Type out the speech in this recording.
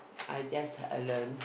I just uh learn